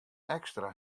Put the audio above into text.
ekstra